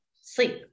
sleep